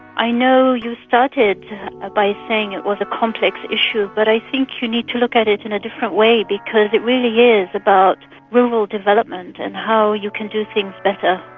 i know you started by saying it was a complex issue, but i think you need to look at it in a different way because it really is about rural development and how you can do things better,